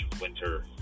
winter